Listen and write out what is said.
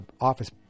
office